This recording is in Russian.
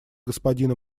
господина